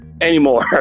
anymore